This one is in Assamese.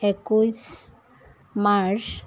একৈছ মাৰ্চ